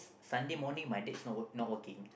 Sunday morning my dad's not not working